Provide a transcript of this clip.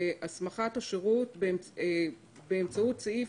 הסמכת השירות באמצעות סעיף